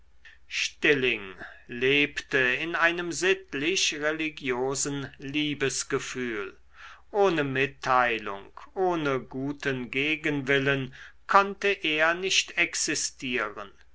stilling lebte in einem sittlich religiosen liebesgefühl ohne mitteilung ohne guten gegenwillen konnte er nicht existieren